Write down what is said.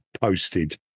posted